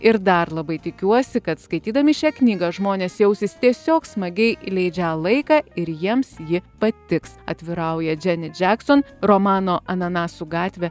ir dar labai tikiuosi kad skaitydami šią knygą žmonės jausis tiesiog smagiai leidžią laiką ir jiems ji patiks atvirauja dženi džekson romano ananasų gatvė